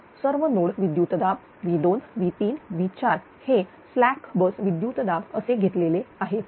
तर सर्व नोड विद्युत् दाबV2V3V4 हे स्लॅक बस विद्युतदाब असे घेतलेले आहे